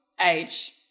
age